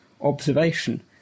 observation